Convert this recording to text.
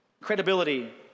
credibility